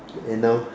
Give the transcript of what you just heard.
and now